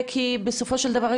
כי בסופו של דבר,